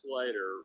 later